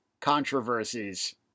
Controversies